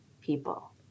people